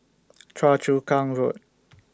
Choa Chu Kang Road